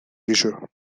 leisure